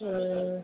ହୁଁ